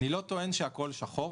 אני לא טוען שהכול שחור.